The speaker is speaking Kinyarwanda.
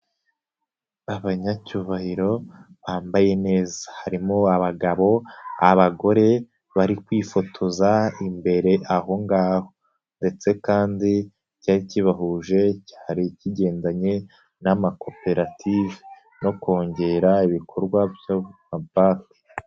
Abanyacyubahiro bambaye neza, harimo abagabo, abagore bari kwifotoza imbere aho ngaho ndetse kandi icyari kibahuje cyari kigendanye n'amakoperative no kongera ibikorwa by'amabanki.